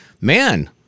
man